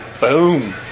Boom